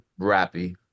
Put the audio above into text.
rappy